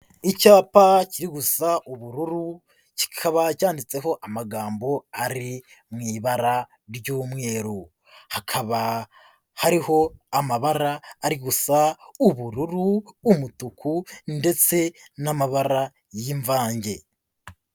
Icyapa kiri gusa ubururu, kikaba cyanditseho amagambo ari mu ibara ry'umweru, hakaba hariho amabara ari gusa ubururu, umutuku ndetse n'amabara y'imvange.